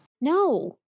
No